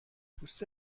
پوست